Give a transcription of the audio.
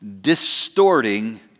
distorting